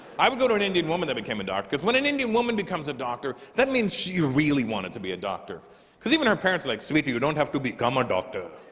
i would go to an indian woman i became a doctor cause when an indian woman becomes a doctor that means she really wanted to be a doctor cause even her parents like sweetie. you don't have to become a doctor,